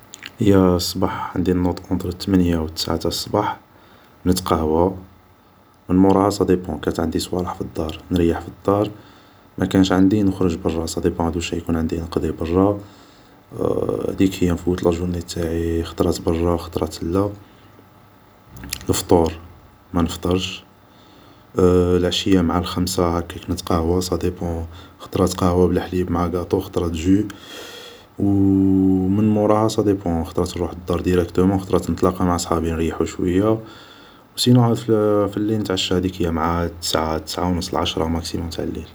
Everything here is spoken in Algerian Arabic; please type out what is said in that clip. هي الصباح عندي نوض اونتر التمني و التسع تاع صبح ، نتقهوى ، من موراها صاديبون ، كانت عندي صوالح في الدار نريح في الدار ، مكانش عندي نخرج برا ، صاديبون وشا يكون عندي نقضي برا ، هديك هي نفوت لا جورني تاعي خطرات برا و خطرات اللا ، لفطور ما نفطرش ، لعشي مع الخمس نتقهوا صاديبون خطرات قهوا بلحليب مع قاطو خطرات جو ، و من موراها صاديبون خطرات نروح للدار ديراكتومون ، خطرات نتلاقا معا صحابي نريحو شوي ، و سينو هاديك هي في الليل نتعشى معا تسعا ، تسعا ونص ، لعشرا ماكسيموم تاع الليل